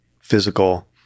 physical